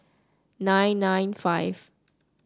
nine nine five